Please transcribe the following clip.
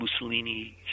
Mussolini